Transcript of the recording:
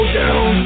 down